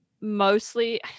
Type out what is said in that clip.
mostly